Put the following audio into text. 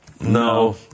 no